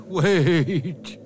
wait